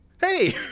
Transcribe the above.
Hey